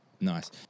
Nice